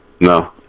No